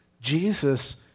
Jesus